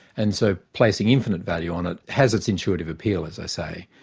and so placing infinite value on it has its intuitive appeal, as i say.